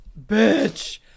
bitch